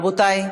רבותי,